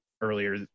earlier